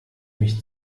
mich